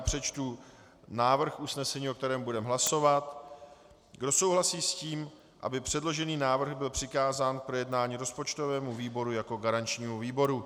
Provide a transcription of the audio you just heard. Přečtu návrh usnesení, o kterém budeme hlasovat: Kdo souhlasí s tím, aby předložený návrh byl přikázán k projednání rozpočtovému výboru jako garančnímu výboru?